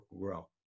grow